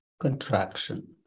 contraction